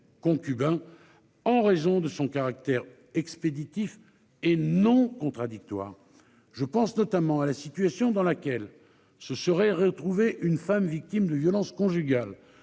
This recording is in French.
concubins. En raison de son caractère expéditif et non contradictoires. Je pense notamment à la situation dans laquelle se seraient retrouvés une femme victime de violences conjugales